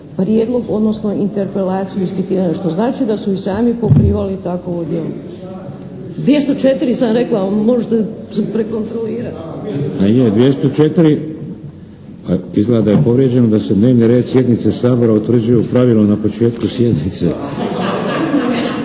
prijedlog odnosno interpelaciju ispitivanja što znači da su i sami pokrivali takovo djelo. …/Upadica se ne čuje./… 204. sam rekla, možete prekontrolirati. **Šeks, Vladimir (HDZ)** Je, 204., izgleda da je povrijeđeno da se dnevni red sjednice Sabora utvrđuje u pravilu na početku sjednice.